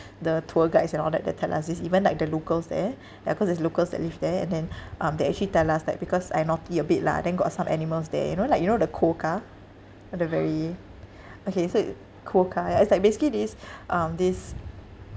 the tour guides and all that that tell us this even like the locals there ya cause there's locals that live there and then um they actually tell us that because I naughty a bit lah then got some animals there you know like you know the quokka uh the very okay so quokka ya is like basically this um this